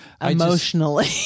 Emotionally